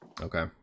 Okay